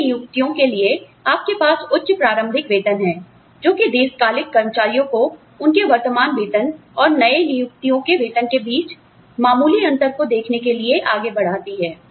नई नियुक्तियों के लिए आपके पास उच्च प्रारंभिक वेतन है जोकि दीर्घकालिक कर्मचारियों को उनके वर्तमान वेतन और नए नियुक्तियों के वेतन के बीच मामूली अंतर को देखने के लिए आगे बढ़ाती है